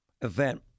event